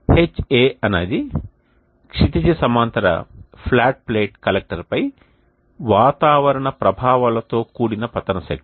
Ha అనేది క్షితిజ సమాంతర ఫ్లాట్ ప్లేట్ కలెక్టర్పై వాతావరణ ప్రభావాలతో కూడిన పతన శక్తి